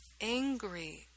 angry